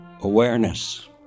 awareness